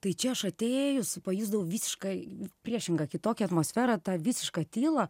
tai čia aš atėjus pajusdavau visiškai priešingą kitokią atmosferą tą visišką tylą